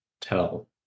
tell